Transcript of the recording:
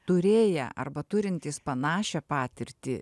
turėję arba turintys panašią patirtį